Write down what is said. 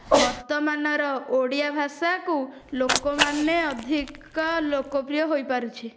ବର୍ତ୍ତମାନର ଓଡ଼ିଆ ଭାଷା କୁ ଲୋକମାନେ ଅଧିକ ଲୋକପ୍ରିୟ ହୋଇପାରୁଛି